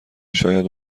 شاید